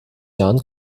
jahren